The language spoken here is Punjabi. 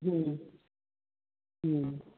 ਹਮ ਹਮ